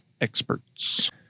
experts